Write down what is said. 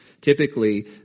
typically